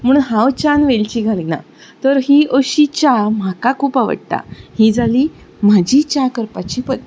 म्हूण हांव च्यान वेलची घालना तर ही अशी च्या म्हाका खूब आवडटा ही जाली म्हजी च्या करपाची पध्दत